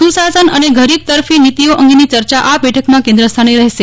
સુશાસન અને ગરીબ તરફી નીતિઓ અંગેની ચર્ચા આ બેઠકમાં કેન્દ્ર સ્થાને હશે